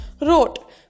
wrote